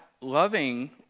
loving